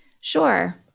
Sure